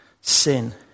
sin